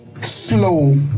slow